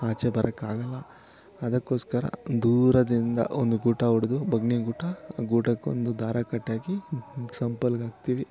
ಆಚೆ ಬರೋಕೆ ಆಗಲ್ಲ ಅದಕ್ಕೋಸ್ಕರ ದೂರದಿಂದ ಒಂದು ಗೂಟ ಹೊಡ್ದು ಬಗನಿಗೂಟ ಗೂಟಕ್ಕೆ ಒಂದು ದಾರ ಕಟ್ಟಾಕಿ ಸಂಪೊಳ್ಗೆ ಹಾಕ್ತೀವಿ